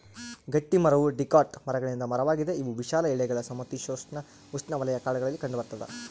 ಗಟ್ಟಿಮರವು ಡಿಕಾಟ್ ಮರಗಳಿಂದ ಮರವಾಗಿದೆ ಇವು ವಿಶಾಲ ಎಲೆಗಳ ಸಮಶೀತೋಷ್ಣಉಷ್ಣವಲಯ ಕಾಡುಗಳಲ್ಲಿ ಕಂಡುಬರ್ತದ